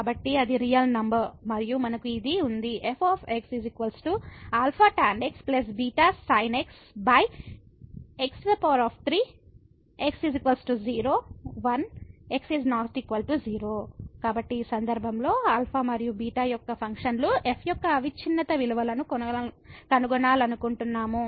కాబట్టి అది real number మరియు మనకు ఇది ఉంది f α tan xβ sin x x3 x 0 1 x ≠ 0 కాబట్టి ఈ సందర్భంలో α మరియు β యొక్క ఫంక్షన్లు f యొక్క అవిచ్ఛిన్నత విలువలను కనుగొనాలనుకుంటున్నాము